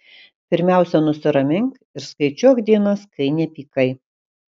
pirmiausia nusiramink ir skaičiuok dienas kai nepykai